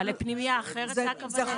לפנימייה אחרת זו הכוונה?